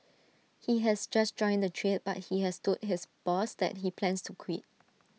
he has just joined the trade but he has told his boss that he plans to quit